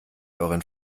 euren